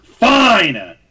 Fine